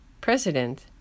president